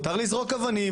מותר לזרוק אבנים,